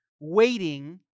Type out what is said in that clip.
waiting